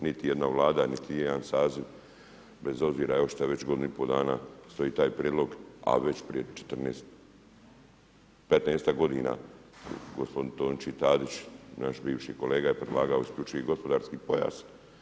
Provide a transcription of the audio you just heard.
Niti jedna Vlada, niti jedan saziv, bez obzira evo što je već godinu i pol dana, postoji taj prijedlog a već prije 14, 15-ak godina gospodin Tonči Tadić naš bivši kolega je predlagao isključivi gospodarski pojas.